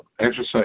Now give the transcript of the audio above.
exercise